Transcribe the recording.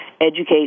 educate